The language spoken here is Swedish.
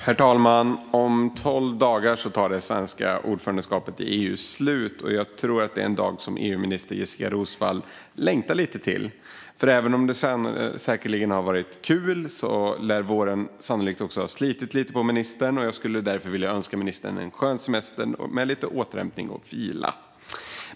Herr talman! Om tolv dagar tar det svenska ordförandeskapet i EU slut. Jag tror att det är en dag som EU-minister Jessika Roswall längtar lite till. Även om det säkerligen har varit kul lär våren sannolikt också ha slitit lite på ministern. Jag skulle därför vilja önska ministern en skön semester med lite återhämtning och vila.